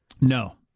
No